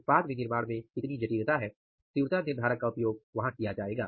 उत्पाद विनिर्माण में कितनी जटिलता है तीव्रता निर्धारक का उपयोग वहाँ किया जाएगा